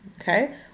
Okay